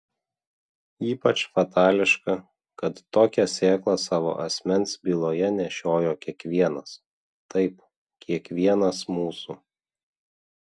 ypač fatališka kad tokią sėklą savo asmens byloje nešiojo kiekvienas taip kiekvienas mūsų